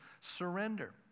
surrender